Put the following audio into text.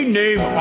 name